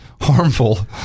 harmful